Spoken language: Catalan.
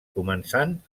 començant